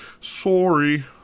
Sorry